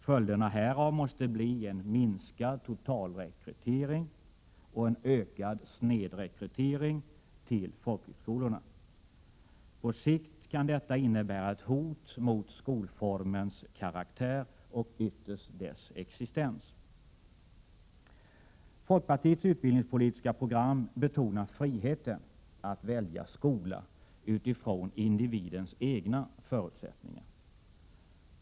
Följderna härav måste bli en minskad totalrekrytering och en ökad snedrekrytering till folkhögskolorna. På sikt kan detta innebära ett hot mot skolformens karaktär och ytterst även mot dess existens. Folkpartiets utbildningspolitiska program betonar att friheten att få välja skola utifrån individens egna förutsättningar är viktig.